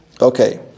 Okay